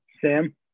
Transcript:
Sam